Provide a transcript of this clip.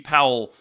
Powell